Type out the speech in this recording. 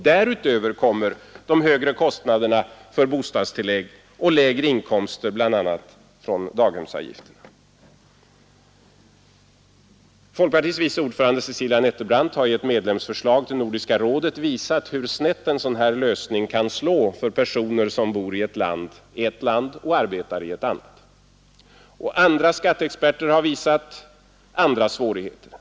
Därutöver kommer de högre kostnaderna för barntillägg och lägre inkomster bl.a. från daghemsavgifter. Folkpartiets vice ordförande Cecilia Nettelbrandt har i ett medlemsförslag till Nordiska rådet visat hur snett en sådan här lösning kan slå för personer som bor i ett land men arbetar i ett annat. Andra skatteexperter har visat andra svårigheter.